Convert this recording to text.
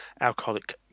alcoholic